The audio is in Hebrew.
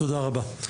תודה רבה.